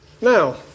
now